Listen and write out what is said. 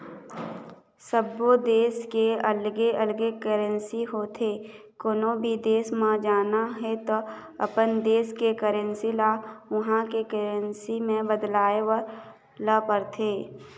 सब्बो देस के अलगे अलगे करेंसी होथे, कोनो भी देस म जाना हे त अपन देस के करेंसी ल उहां के करेंसी म बदलवाए ल परथे